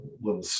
little